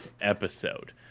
episode